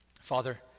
Father